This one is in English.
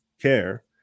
care